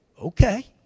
okay